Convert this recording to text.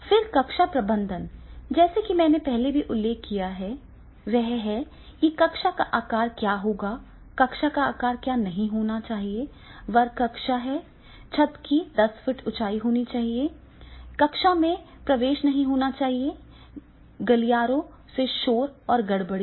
फिर कक्षा प्रबंधन जैसा कि मैंने पहले उल्लेख किया है वह यह है कि कक्षा का आकार क्या होगा कक्षा का आकार क्या होना चाहिए वर्ग कक्षा है छत की 10 फुट ऊँचाई होनी चाहिए कक्षा में प्रवेश नहीं होना चाहिए गलियारों से शोर और गड़बड़ी